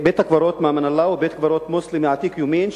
בית-הקברות "מאמן אללה" הוא בית-קברות מוסלמי עתיק יומין,